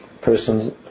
person